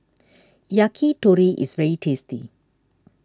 Yakitori is very tasty